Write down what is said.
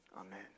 Amen